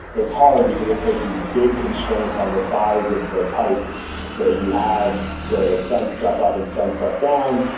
it's hard, because it places big constraints on the size of the pipe that you have to send stuff up and send stuff down,